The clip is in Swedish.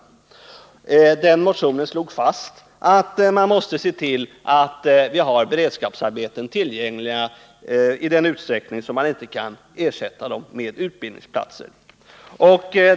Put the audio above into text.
I den motionen slogs fast att vi måste se till att vi har beredskapsarbeten tillgängliga i den utsträckning som dessa inte kan ersättas med utbildningsplatser.